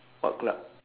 what club